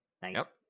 thanks